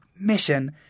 mission